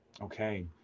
Okay